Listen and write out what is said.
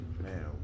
man